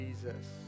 Jesus